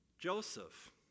Joseph